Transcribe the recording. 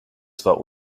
zwar